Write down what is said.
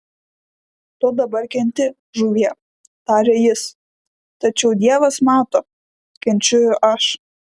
tu dabar kenti žuvie tarė jis tačiau dievas mato kenčiu ir aš